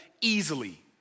easily